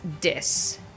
dis